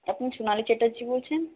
আপনি সোনালি চ্যাটার্জী বলছেন